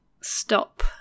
Stop